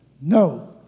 no